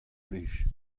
plij